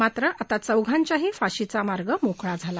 मात्र आता चौघांच्याही फाशीचा मार्ग मोकळा झाला आहे